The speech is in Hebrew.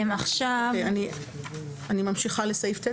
אני ממשיכה לסעיף (ט)?